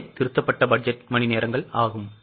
அவை திருத்தப்பட்ட பட்ஜெட்மணிநேரங்கள் ஆகும்